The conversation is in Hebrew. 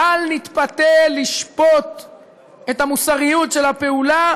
בל נתפתה לשפוט את המוסריות של הפעולה